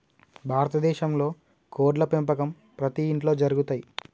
భారత దేశంలో కోడ్ల పెంపకం ప్రతి ఇంట్లో జరుగుతయ్